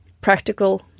practical